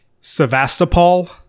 Sevastopol